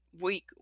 week